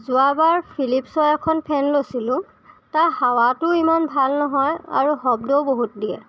যোৱাবাৰ ফিলিপছৰ এখন ফেন লৈছিলোঁ তাৰ হাৱাটোও ইমান ভাল নহয় আৰু শব্দও বহুত দিয়ে